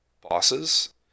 bosses